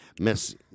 Miss